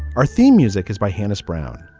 our theme music is by hannah's brown.